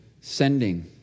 sending